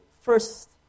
first